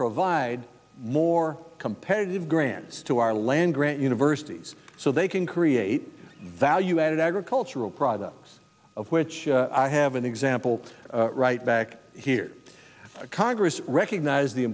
provide more competitive grants to our land grant universities so they can create value added agricultural products of which i have an example right back here congress recognize the